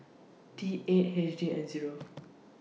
T eight H D N Zero